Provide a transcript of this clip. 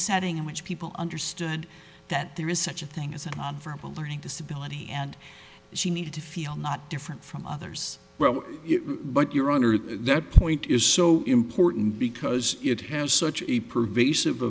setting in which people understood that there is such a thing as a verbal learning disability and she needed to feel not different from others well but your honor that point is so important because it has such a pervasive